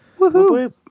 Woohoo